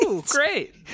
Great